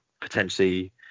potentially